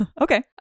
Okay